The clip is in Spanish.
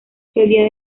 solía